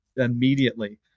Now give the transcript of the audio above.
immediately